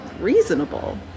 reasonable